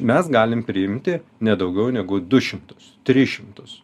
mes galim priimti ne daugiau negu du šimtus tris šimtus